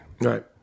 Right